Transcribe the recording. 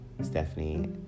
Stephanie